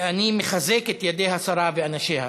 ואני מחזק את ידי השרה ואנשיה,